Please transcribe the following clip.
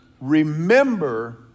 remember